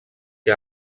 que